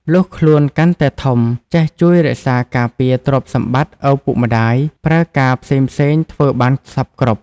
លុះខ្លួន កាន់តែធំ ចេះជួយរក្សាការពារទ្រព្យសម្បត្ដិ ឪពុកម្ដាយ ប្រើការផ្សេងៗធ្វើបានសព្វគ្រប់។